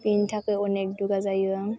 बिनि थाखाइ अनेक दुगा जायो आं